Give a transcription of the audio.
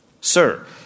Sir